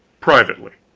privately.